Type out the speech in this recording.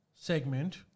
segment